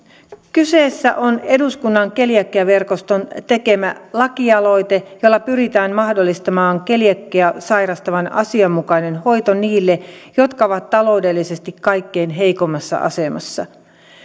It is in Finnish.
kyseessä on eduskunnan keliakiaverkoston tekemä lakialoite jolla pyritään mahdollistamaan keliakiaa sairastavan asianmukainen hoito niille jotka ovat taloudellisesti kaikkein heikoimmassa asemassa